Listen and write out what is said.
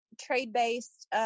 trade-based